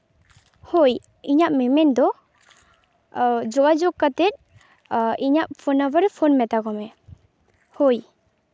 ᱦᱳᱭ ᱤᱧᱟᱹᱜ ᱢᱮᱢᱮᱱ ᱫᱚ ᱡᱳᱜᱟᱡᱳᱜᱽ ᱠᱟᱛᱮ ᱤᱧᱟᱹᱜ ᱯᱷᱳᱱ ᱱᱟᱢᱵᱟᱨ ᱨᱮ ᱯᱷᱳᱱ ᱢᱮᱛᱟ ᱠᱚᱢᱮ ᱦᱳᱭ